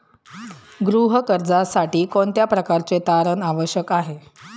गृह कर्जासाठी कोणत्या प्रकारचे तारण आवश्यक आहे?